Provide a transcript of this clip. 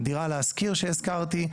דירה להשכיר שהזכרתי.